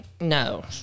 no